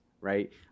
right